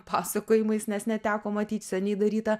pasakojimais nes neteko matyt seniai daryta